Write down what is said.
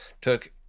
took